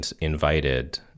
invited